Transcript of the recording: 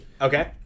Okay